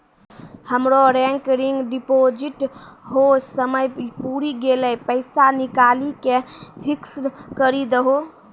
हमरो recurring deposit रो समय पुरी गेलै पैसा निकालि के फिक्स्ड करी दहो